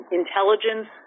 intelligence